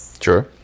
Sure